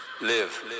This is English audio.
live